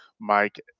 Mike